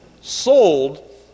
sold